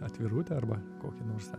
atvirutę arba kokį nors